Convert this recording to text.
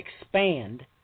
expand